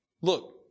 Look